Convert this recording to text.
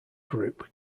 group